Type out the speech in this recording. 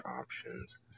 options